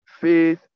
faith